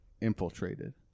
infiltrated